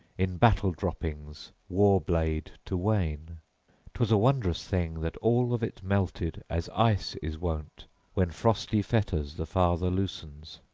in battle-droppings, war-blade, to wane twas a wondrous thing that all of it melted as ice is wont when frosty fetters the father loosens,